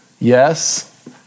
Yes